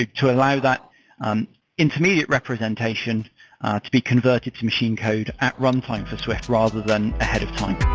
to allow that um intermediate representation to be converted to machine code at runtime for swift rather than ahead of time.